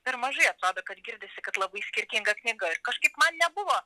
per mažai atrodo kad girdisi kad labai skirtinga knyga ir kažkaip man nebuvo